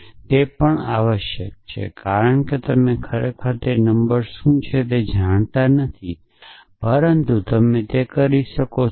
અને તે પણ આવશ્યક છે કારણ કે તમે ખરેખર તે નંબર શું જાણતા નથી છે પરંતુ તમે તે કરી શકો છો